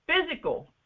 physical